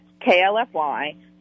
KLFY